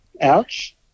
Ouch